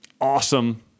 Awesome